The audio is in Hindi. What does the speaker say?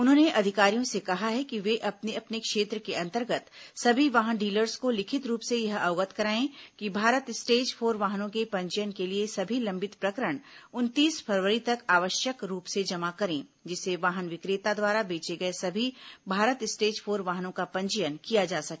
उन्होंने अधिकारियों से कहा है कि वे अपने अपने क्षेत्र के अंतर्गत सभी वाहन डीलर्स को लिखित रूप से यह अवगत कराएं कि भारत स्टेज फोर वाहनों के पंजीयन के लिए सभी लंबित प्रकरण उनतीस फरवरी तक आवश्यक रूप से जमा करें जिससे वाहन विक्रेता द्वारा बेचे गए सभी भारत स्टेज फोर वाहनों का पंजीयन किया जा सके